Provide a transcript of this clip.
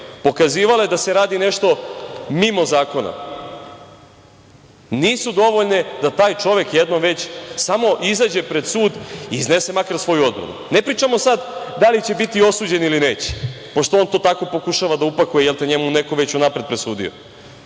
pokazivale da se radi nešto mimo zakona, nisu dovoljne da taj čovek jednom već samo izađe pred sud i iznese makar svoju odbranu. Ne pričamo sad da li će biti osuđen ili neće, pošto on to tako pokušava da upakuje, jel te njemu je neko već unapred presudi,